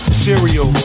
cereal